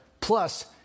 Plus